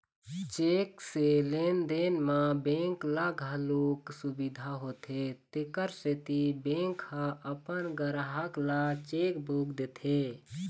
cheque से लेन देन म बेंक ल घलोक सुबिधा होथे तेखर सेती बेंक ह अपन गराहक ल चेकबूक देथे